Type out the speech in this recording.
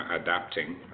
adapting